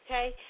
Okay